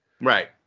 Right